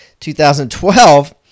2012